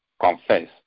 confess